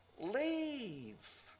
Leave